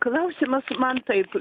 klausimas man taip